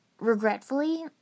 Regretfully